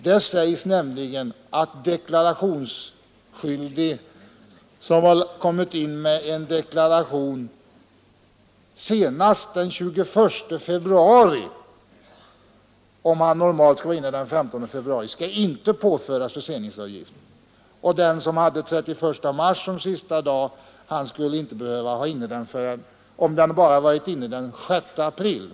Där sägs nämligen att deklarationsskyldig som har kommit in med en deklaration senast den 21 februari, om deklarationen normalt skall vara inne den 15 februari, skall inte påföras förseningsavgift, och för den som har 31 mars som sista inlämningsdag räcker det om deklarationen kommit in den 6 april.